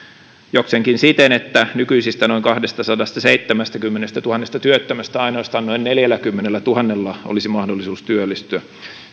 jokseenkin siten että nykyisistä noin kahdestasadastaseitsemästäkymmenestätuhannesta työttömästä ainoastaan noin neljälläkymmenellätuhannella olisi mahdollisuus työllistyä